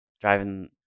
driving